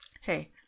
Hey